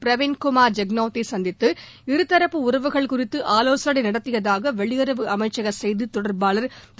பிரவிந்த் குமார் ஜுக்நவத் ஜ சந்தித்து இருதரப்பு உறவுகள் குறித்து ஆலோசனை நடத்தியதாக வெளியுறவு அமைச்சக செய்தித்தொடர்பாளர் திரு